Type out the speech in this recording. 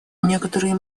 некоторые